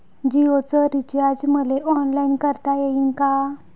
जीओच रिचार्ज मले ऑनलाईन करता येईन का?